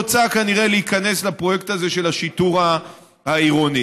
רוצה כנראה להיכנס לפרויקט הזה של השיטור העירוני.